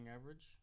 average